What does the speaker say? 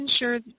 ensure